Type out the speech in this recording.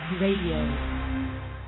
Radio